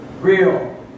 Real